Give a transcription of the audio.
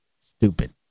stupid